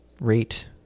rate